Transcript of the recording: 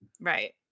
Right